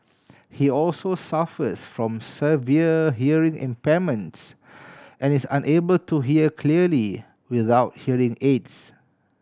he also suffers from severe hearing impairments and is unable to hear clearly without hearing aids